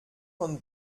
von